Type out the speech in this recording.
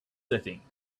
setting